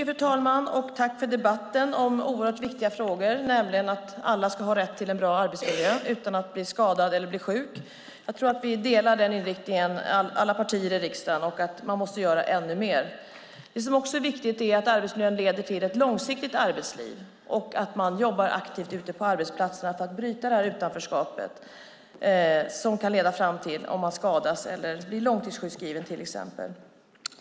Fru talman! Jag tackar för denna debatt om oerhört viktiga frågor, nämligen att alla ska ha rätt till en bra arbetsmiljö så att man inte blir skadad eller sjuk. Jag tror att alla partier har denna inriktning och anser att man måste göra ännu mer. Det är också viktigt att arbetsmiljön leder till ett långsiktigt arbetsliv och att man jobbar aktivt ute på arbetsplatserna för att bryta det utanförskap som en skada eller en långtidssjukskrivning kan leda fram till.